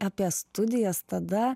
apie studijas tada